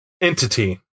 entity